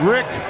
Rick